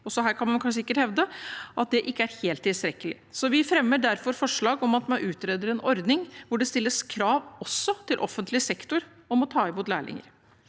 også her, kan man kan sikkert si – at det ikke er helt tilstrekkelig. Vi fremmer derfor forslag om at man utreder en ordning hvor det stilles krav også til offentlig sektor om å ta imot lærlinger.